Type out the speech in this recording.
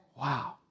Wow